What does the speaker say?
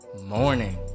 morning